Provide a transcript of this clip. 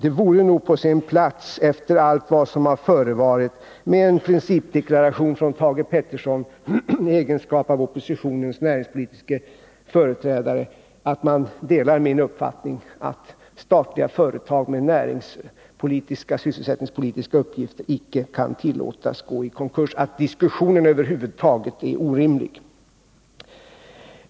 Efter allt vad som har förevarit vore det nog på sin plats med en principdeklaration från Thage Peterson i hans egenskap av oppositionens näringspolitiska företrädare, innebärande att han delar min uppfattning, att statliga företag med näringspolitiska och sysselsättningspolitiska uppgifter icke kan tillåtas att gå i konkurs och att den diskussionen över huvud taget är orimlig.